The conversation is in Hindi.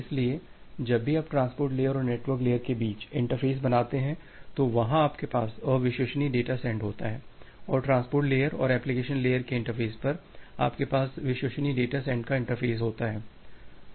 इसलिए जब भी आप ट्रांसपोर्ट लेयर और नेटवर्क लेयर के बीच इंटरफ़ेस बनाते हैं तो वहां आपके पास अविश्वसनीय डाटा सेंड होता है और ट्रांसपोर्ट लेयर और एप्लिकेशन लेयर के इंटरफेस पर आपके पास विश्वसनीय डेटा सेंड का इंटरफेस होता है